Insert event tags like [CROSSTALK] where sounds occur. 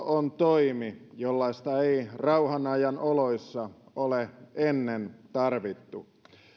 [UNINTELLIGIBLE] on toimi jollaista ei rauhanajan oloissa ole ennen tarvittu